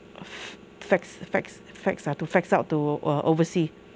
fa~ fax fax fax ah to fax out to uh oversea